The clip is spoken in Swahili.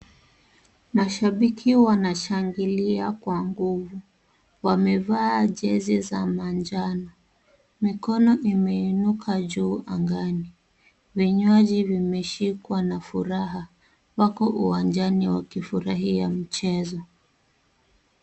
Mashabiki wanashangilia kwa nguvu. Wamevaa jezi za manjano. Mikono imeinuka juu angani. Vinywaji vimeshikwa na furaha. Wako uwanjani wakifurahia mchezo.